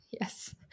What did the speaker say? Yes